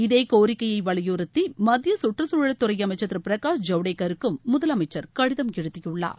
இதேகோரிக்கையைவலியுறுத்திமத்தியகற்றுச்சூழல் துறைஅமைச்சா் திருபிரகாஷ் ஜவடேக்கருக்கும் முதலமைச்சர் கடிதம் எழுதியுள்ளார்